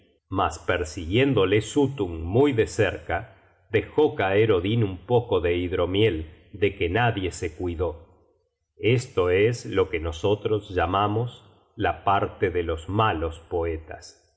el hidromiel mas persiguiéndole suttung muy de cerca dejó caer odin un poco de hidromiel de que nadie se cuidó esto es lo que nosotros llamamos la parte de los malos poetas